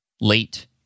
late